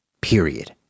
period